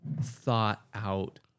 thought-out